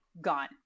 gone